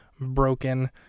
broken